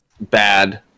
bad